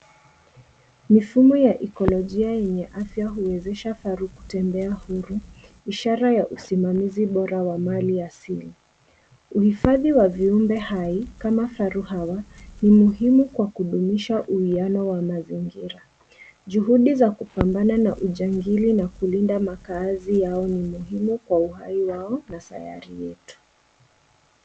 Mifumo ya ikolojia yenye afya huwezesha faru kutembea uhuru, ishara ya usimamizi bora wa maliasili. Uhifadhi wa viumbe hai, kama faru hawa, ni muhimu kwa kudumisha uwiano wa mazingira. Juhudi za kupambana na ujangili na kulinda makazi yao ni muhimu kwa uhai wao na sayari yetu.